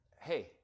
Hey